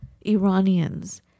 Iranians